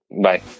Bye